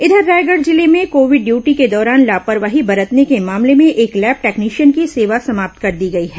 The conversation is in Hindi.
इधर रायगढ़ जिले में कोविड ड्यूटी के दौरान लापरवाही बरतने के मामले में एक लैब टैक्नशियन की सेवा समाप्त कर दी गई है